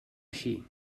així